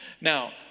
Now